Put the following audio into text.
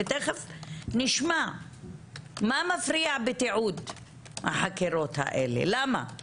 נשמע מה מפריע בתיעוד החקירות האלה, למה?